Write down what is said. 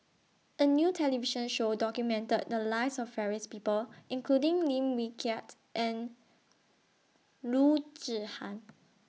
A New television Show documented The Lives of various People including Lim Wee Kiak and Loo Zihan